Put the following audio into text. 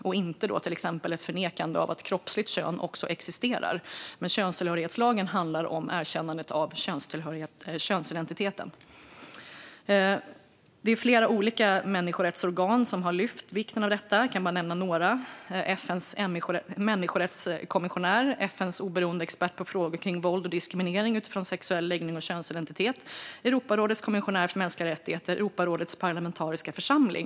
Den handlar inte om exempelvis ett förnekande av att kroppsligt kön också existerar, utan könstillhörighetslagen handlar om erkännandet av könsidentiteten. Flera olika människorättsorgan har lyft vikten av detta. Jag kan nämna bara några: FN:s människorättskommissionär, FN:s oberoende expert på frågor kring våld och diskriminering utifrån sexuell läggning och könsidentitet, Europarådets kommissionär för mänskliga rättigheter och Europarådets parlamentariska församling.